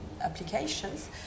applications